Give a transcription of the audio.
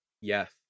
Yes